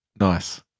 Nice